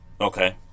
Okay